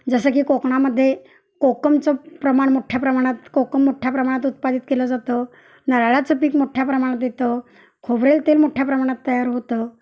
जसं की कोकणामध्ये कोकमचं प्रमाण मोठ्या प्रमाणात कोकम मोठ्या प्रमाणात उत्पादित केलं जातं नारळाचं पीक मोठ्या प्रमाणात येतं खोबरेल तेल मोठ्या प्रमाणात तयार होतं